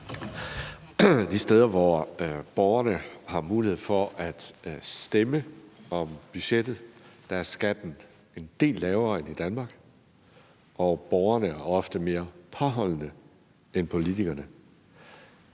De steder, hvor borgerne har mulighed for at stemme om budgettet, er skatten en del lavere end i Danmark, og borgerne er ofte mere påholdende end politikerne.